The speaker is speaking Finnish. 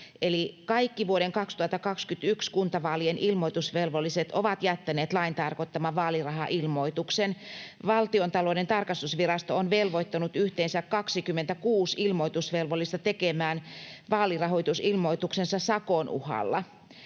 ”Kaikki vuoden 2021 kuntavaalien ilmoitusvelvolliset ovat jättäneet lain tarkoittaman vaalirahailmoituksen. Valtiontalouden tarkastusvirasto on velvoittanut yhteensä 26 ilmoitusvelvollista tekemään vaalirahoitusilmoituksensa sakon uhalla.